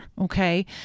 okay